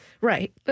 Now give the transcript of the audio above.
Right